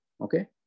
Okay